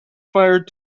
fired